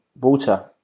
water